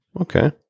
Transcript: okay